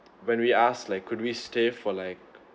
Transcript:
when we asked like could we stay for like